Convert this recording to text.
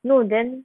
no then